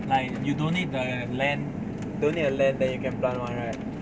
like you don't need the land don't need the land then you can plant [one] right